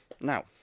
Now